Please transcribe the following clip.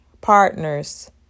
partners